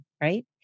right